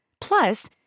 Plus